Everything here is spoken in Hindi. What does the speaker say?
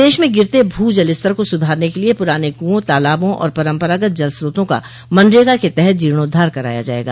प्रदेश में गिरते भू जलस्तर को सुधारने के लिए पुराने कुओं तालाबों और परम्परागत जल स्रोतों का मनरेगा के तहत जीर्णोद्धार कराया जायेगा